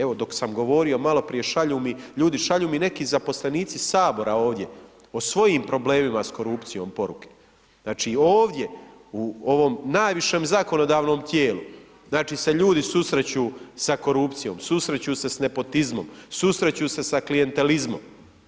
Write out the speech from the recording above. Evo dok sam govorio maloprije šalju mi ljudi, šalju mi neki zaposlenici Sabora ovdje o svojim problemima s korupcijom poruke, znači ovdje, u ovom najvišem zakonodavnom tijelu, znači se ljudi susreću s korupcijom, susreću se s nepotizmom, susreću se sa klijentizmom.